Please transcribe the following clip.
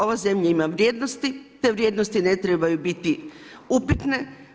Ova zemlja ima vrijednosti, te vrijednosti ne trebaju biti upitne.